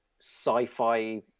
sci-fi